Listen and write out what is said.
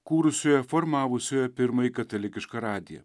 kūrusioje formavusioje pirmąjį katalikišką radiją